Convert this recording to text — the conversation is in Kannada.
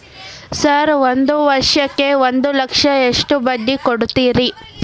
ಸರ್ ಒಂದು ವರ್ಷಕ್ಕ ಒಂದು ಲಕ್ಷಕ್ಕ ಎಷ್ಟು ಬಡ್ಡಿ ಕೊಡ್ತೇರಿ?